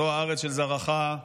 זו הארץ של זרעך.